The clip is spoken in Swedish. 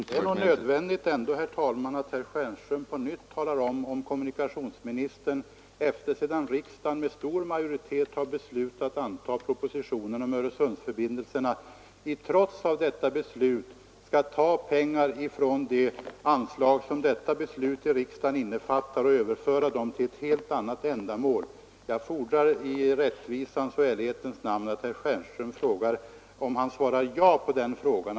Herr talman! Det är nog ändå nödvändigt att herr Stjernström ger oss ett klart besked, om han menar att kommunikationsministern, trots att riksdagen med stor majoritet beslutat att anta propositionen om Öresundsförbindelserna, skall ta pengar från det anslag som riksdagen därmed beviljat och överföra dem till ett helt annat ändamål. Jag fordrar att herr Stjernström i rättvisans och ärlighetens namn ger ett svar på den frågan.